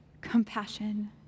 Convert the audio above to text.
compassion